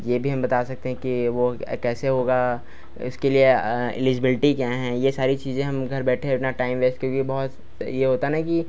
यह भी हम बता सकते हैं कि वह कैसे होगा इसके लिए इलिज्बिलटी क्या हैं यह सारी चीज़ें हम घर बैठे उतना टाइम वेस्ट क्योंकि बहुत यह होता है ना कि